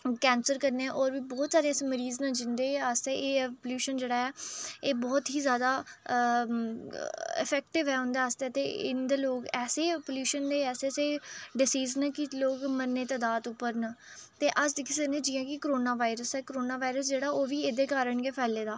cancer कन्नै होर बी बहोत सारे ऐसे मरीज़ न जिं'दे आस्तै एयर पलूशन जेह्ड़ा ऐ एह् बहोत ही जादा इफेक्टिव ऐ उं'दे आस्तै इं'दे लोक ऐसे पलूशन ऐसे ऐसे डिसिज़ न कि लोक मरने दे तदाद उप्पर न ते अस दिक्खी सकने कि जि'यां कि कोरोना वायरस ऐ कोरोना वायरस जेह्ड़ा ओह् बी एह्दे कारण गै फैले दा